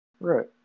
Right